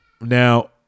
Now